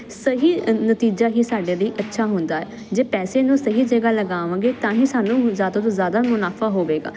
ਸਹੀ ਨਤੀਜਾ ਹੀ ਸਾਡੇ ਲਈ ਅੱਛਾ ਹੁੰਦਾ ਜੇ ਪੈਸੇ ਨੂੰ ਸਹੀ ਜਗ੍ਹਾ ਲਗਾਵਾਂਗੇ ਤਾਂ ਹੀ ਸਾਨੂੰ ਜਿਆਦਾ ਤੋਂ ਜਿਆਦਾ ਮੁਨਾਫਾ ਹੋਵੇਗਾ